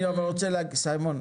אני רוצה להגיד סימון,